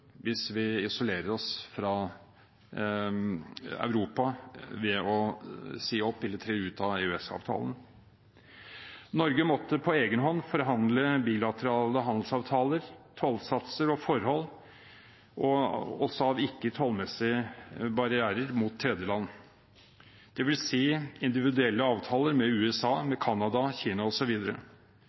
hvis vi isolerer oss fra Europa ved å si opp eller tre ut av EØS-avtalen. Norge måtte på egen hånd forhandle bilaterale handelsavtaler, tollsatser og forhold også av ikke-tollmessige barrierer mot tredjeland, dvs. individuelle avtaler med USA, Canada, Kina